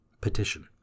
Petition